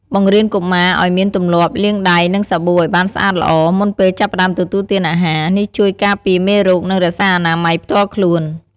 បង្រៀនកុមារឲ្យមានទម្លាប់លាងដៃនឹងសាប៊ូឲ្យបានស្អាតល្អ មុនពេលចាប់ផ្តើមទទួលទានអាហារ នេះជួយការពារមេរោគ និងរក្សាអនាម័យផ្ទាល់ខ្លួន។